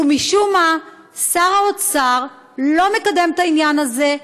ומשום מה שר האוצר לא מקדם את העניין הזה.